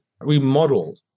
remodeled